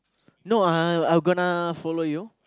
no uh I'll I'm gonna follow you